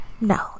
no